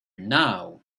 now